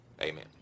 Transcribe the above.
Amen